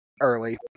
early